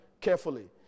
carefully